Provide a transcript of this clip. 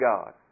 God